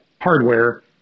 hardware